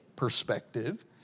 perspective